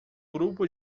grupo